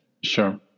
sure